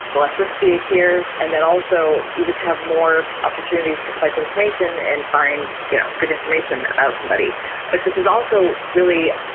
the less risky they appear and then also you just have more opportunities to collect information and find you know good information about somebody but this is also really,